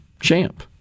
champ